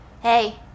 Hey